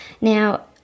Now